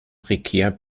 prekär